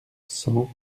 cent